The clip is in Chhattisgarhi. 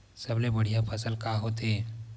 सबले बढ़िया फसल का होथे?